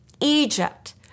Egypt